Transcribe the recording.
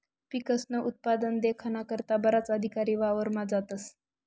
पिकस्नं उत्पादन देखाना करता बराच अधिकारी वावरमा जातस